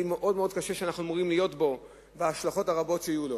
מאוד מאוד קשה שאנחנו אמורים להיות בו ועל ההשלכות הרבות שיהיו לו.